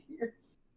years